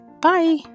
Bye